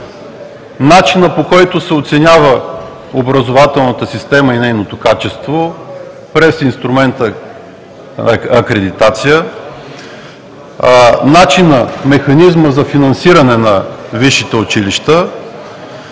начинът, по който се оценява образователната система и нейното качество през инструмента акредитация; механизмът за финансиране на висшите училища.